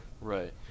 Right